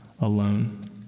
alone